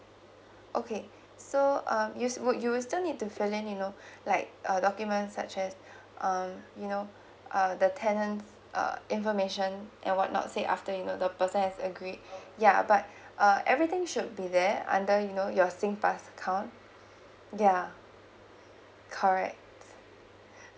okay so um you s~ would you will still need to fill in you know like err documents such as um you know uh the tenant uh information and what not say after you know the person has agreed yeah but uh everything should be there under you know your S G pass account yeah correct